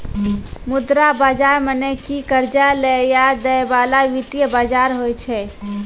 मुद्रा बजार मने कि कर्जा लै या दै बाला वित्तीय बजार होय छै